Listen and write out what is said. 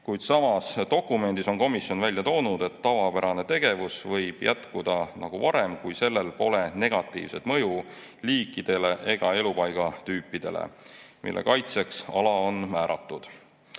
Kuid samas, dokumendis on komisjon välja toonud, et tavapärane tegevus võib jätkuda nagu varem, kui sellel pole negatiivset mõju liikidele ega elupaigatüüpidele, mille kaitseks ala on määratud.